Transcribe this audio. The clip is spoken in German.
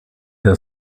der